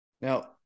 Now